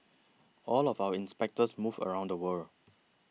all of our inspectors move around the world